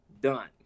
done